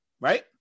Right